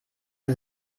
sie